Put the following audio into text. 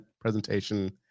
presentation